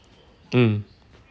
mm